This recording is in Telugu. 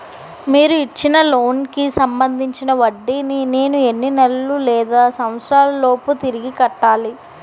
మీరు ఇచ్చిన లోన్ కి సంబందించిన వడ్డీని నేను ఎన్ని నెలలు లేదా సంవత్సరాలలోపు తిరిగి కట్టాలి?